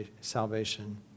salvation